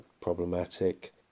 problematic